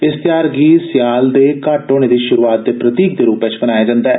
इस ध्यार गी सयाल दे घट्ट होने दी श्रुआत दे प्रतीक दे रुपै च मनाया जन्दा ऐ